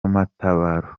matabaro